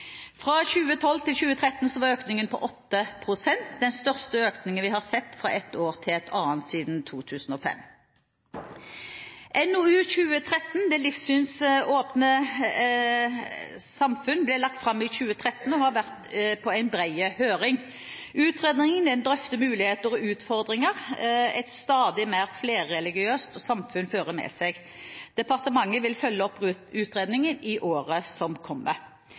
Fra 20l2 til 20l3 var økningen på 8 pst., den største økningen vi har sett fra et år til et annet siden 2005. NOU 2013: 1 Det livssynsåpne samfunn ble lagt fram i 2013 og har vært på en bred høring. Utredningen drøfter muligheter og utfordringer et stadig mer flerreligiøst samfunn fører med seg. Departementet vil følge opp utredningen i året som kommer.